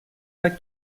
pas